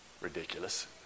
ridiculous